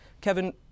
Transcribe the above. Kevin